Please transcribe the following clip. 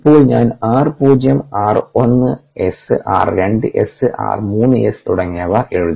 ഇപ്പോൾ ഞാൻ r0 r 1s r 2s r 3s തുടങ്ങിയവ എഴുതി